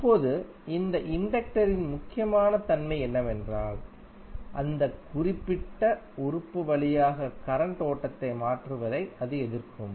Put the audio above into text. இப்போது இந்த இண்டக்டரின் முக்கியமான தன்மை என்னவென்றால் அந்த குறிப்பிட்ட உறுப்பு வழியாக கரண்ட் ஓட்டத்தை மாற்றுவதை அது எதிர்க்கும்